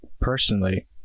personally